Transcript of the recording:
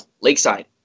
Lakeside